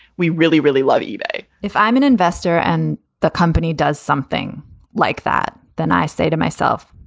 we really, really love ebay if i'm an investor and the company does something like that, then i say to myself,